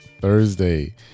Thursday